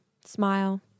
smile